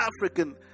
African